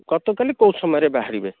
ଗତ କାଲି କୋଉ ସମୟରେ ବାହାରିବେ